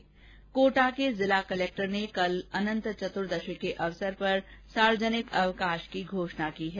् कोटा के जिला कलेक्टर ने कल अनंत चतुर्दशी के अवसर पर सार्वजनिक अवकाश की घोषणा की है